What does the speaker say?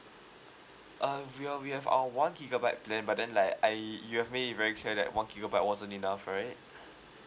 uh we are we have our one gigabyte plan but then like I you have made it very clear that one gigabyte wasn't enough right